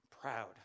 Proud